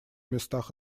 местах